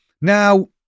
Now